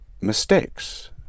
mistakes